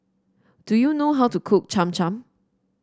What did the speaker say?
do you know how to cook Cham Cham